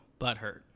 Butthurt